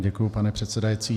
Děkuji, pane předsedající.